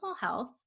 health